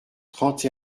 trente